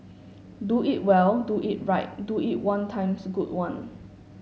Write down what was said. do it well do it right do it one times good one